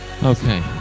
Okay